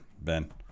Ben